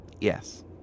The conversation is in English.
Yes